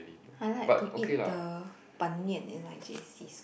I like to eat the ban-mian in my J_C s~